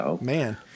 Man